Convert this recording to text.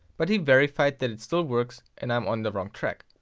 but he verified that it still works and i'm on the wrong track,